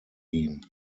ihn